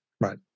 Right